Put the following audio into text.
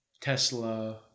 Tesla